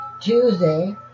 Tuesday